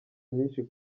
myinshi